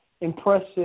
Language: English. impressive